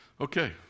Okay